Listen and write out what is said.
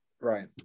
Right